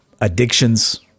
addictions